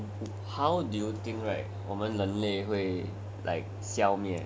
what do you think is it that will cause 我们人类 to 灭亡